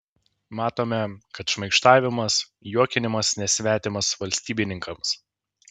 matome kad šmaikštavimas juokinimas nesvetimas valstybininkams